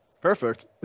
Perfect